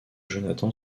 jonathan